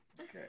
Okay